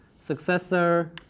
Successor